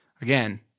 Again